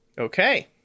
Okay